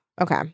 Okay